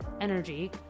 energy